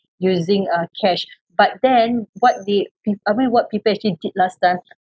using uh cash but then what they pe~ I mean what people actually did last time